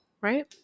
right